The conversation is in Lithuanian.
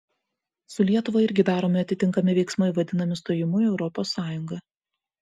su lietuva irgi daromi atitinkami veiksmai vadinami stojimu į europos sąjungą